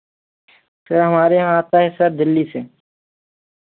sir हमारे यहाँ आता है सर दिल्ली से